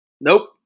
Nope